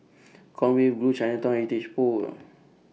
Conway Grove Chinatown Heritage